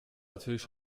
natürlich